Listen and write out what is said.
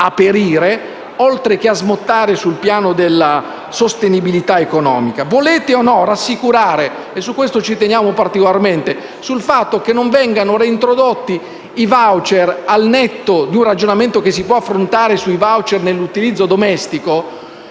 perire, oltre che a smottare sul piano della sostenibilità economica. Volete o no rassicurare - su questo ci teniamo particolarmente - sul fatto che non vengano reintrodotti i *voucher*, al netto di un ragionamento che si può affrontare sui *voucher* nell'utilizzo domestico,